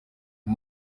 uyu